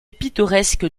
pittoresque